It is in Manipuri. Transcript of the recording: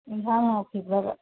ꯑꯦꯟꯁꯥꯡ ꯍꯥꯎꯈꯤꯕ꯭ꯔꯣꯕ